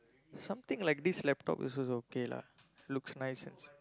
something like this laptop is also okay lah looks nice ya